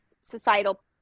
societal